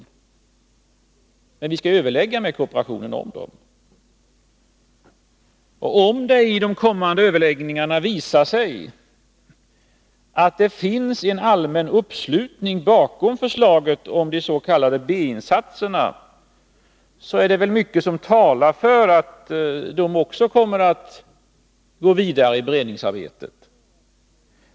Men vi skall överlägga med kooperationen om de förslagen. Om det i de kommande överläggningarna visar sig att det finns en allmän uppslutning bakom förslaget om de s.k. B-insatserna, är det mycket som talar för att de också kommer att gå vidare i beredningsarbetet.